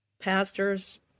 pastors